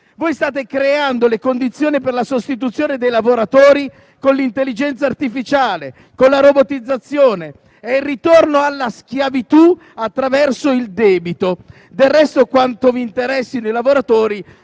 Voi state creando le condizioni per la sostituzione dei lavoratori con l'intelligenza artificiale, con la robotizzazione: è il ritorno alla schiavitù attraverso il debito. Del resto, quanto vi interessi dei lavoratori